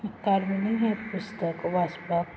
कार्मेलीन हें पुस्तक वाचपाक